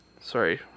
sorry